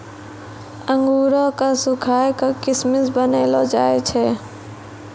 अंगूरो क सुखाय क किशमिश बनैलो जाय छै